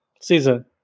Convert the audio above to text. season